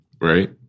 right